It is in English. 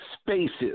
spaces